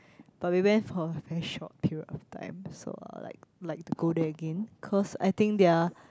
but we went for a very short period of time so uh I'd like to go there again cause I think their